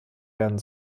werden